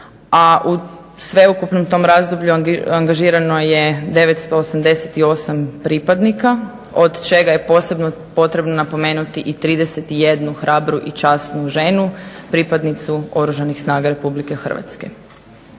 a u sveukupnom tom razdoblju angažirano je 988 pripadnika od čega je posebno potrebno napomenuti i 31 hrabru i časnu ženu pripadnicu Oružanih snaga Republike Hrvatske.